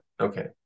Okay